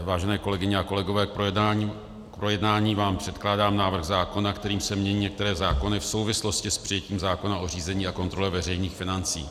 Vážené kolegyně a kolegové, k projednání vám předkládám návrh zákona, kterým se mění některé zákony v souvislosti s přijetím zákona o řízení a kontrole veřejných financí.